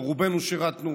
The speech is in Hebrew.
רובנו שירתנו,